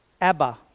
Abba